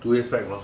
two years back lor